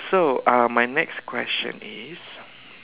so uh my next question is